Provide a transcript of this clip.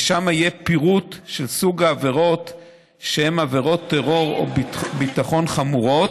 ושם יהיה פירוט של סוג העבירות שהן עבירות טרור או ביטחון חמורות,